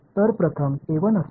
तर प्रथम असेल